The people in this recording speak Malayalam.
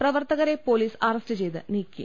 പ്രവർത്തകരെ പൊലീസ് അറസ്റ്റ് ചെയ്ത് നീക്കി